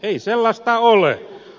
ei sellaista ole